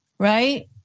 Right